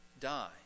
die